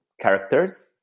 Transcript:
characters